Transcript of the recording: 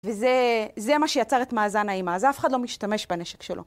וזה מה שיצר את מאזן האימה, אז אף אחד לא משתמש בנשק שלו.